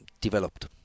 developed